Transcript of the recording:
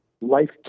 life